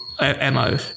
MO